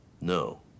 No